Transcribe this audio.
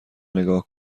نگاه